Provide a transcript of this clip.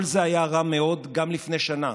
כל זה היה רע מאוד גם לפני שנה,